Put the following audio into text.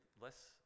less